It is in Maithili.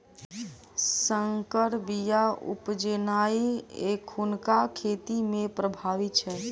सँकर बीया उपजेनाइ एखुनका खेती मे प्रभावी छै